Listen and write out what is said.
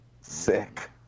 Sick